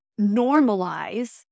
normalize